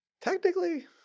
technically